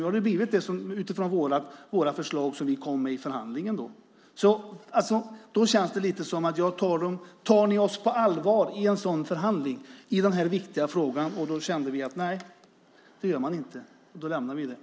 Nu har det blivit de förslag som vi kom med i förhandlingen. Därför känns det lite som att ni inte tar oss på allvar i den förhandling som gäller denna viktiga fråga, och eftersom vi känner att ni inte gör det lämnar vi den.